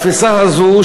התפיסה הזאת,